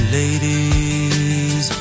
ladies